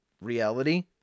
reality